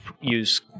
use